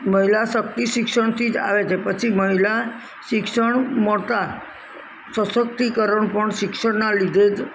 મહિલા શક્તિ શિક્ષણથી જ આવે છે પછી મહિલા શિક્ષણ મોટા સસક્તિકરણ પણ શિક્ષણના લીધે જ